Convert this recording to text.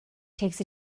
takes